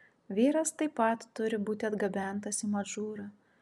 vyras taip pat turi būti atgabentas į madžūrą